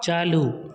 चालू